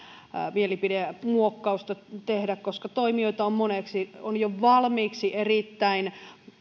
mielipidemuokkausta tehdä koska toimijoita on moneksi on jo valmiiksi erittäin